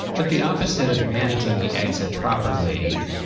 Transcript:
but the opposite of managing the exit properly.